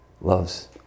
loves